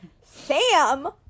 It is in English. Sam